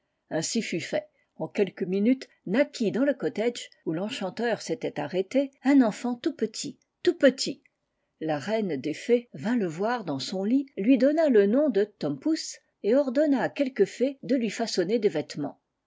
ainsi fut fait en quelques minutes naquit dans le cottage où l'enchanteur s'était arrêté un enfant tout petit tout petit la reine des fées vint le voir dans son ut lui donna le nom de tom pouce et ordonna à quelques fées de lui façonner des vêtements